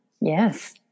Yes